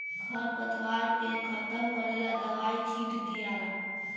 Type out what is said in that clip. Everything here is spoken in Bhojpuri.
खर पतवार के खत्म करेला दवाई छिट दियाला